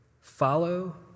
follow